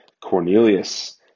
Cornelius